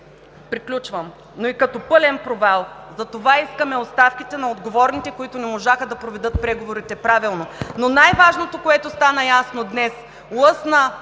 Приключвам! Затова искаме оставките на отговорните, които не можаха да проведат преговорите правилно. Но най-важното, което стана ясно днес – лъсна